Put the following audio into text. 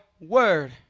word